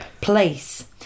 place